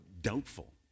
doubtful